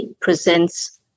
presents